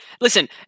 Listen